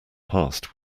passed